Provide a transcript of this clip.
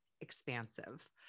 expansive